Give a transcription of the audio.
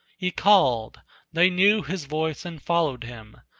he called they knew his voice and followed him,